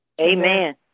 Amen